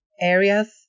areas